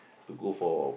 to go for